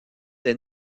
des